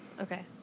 Okay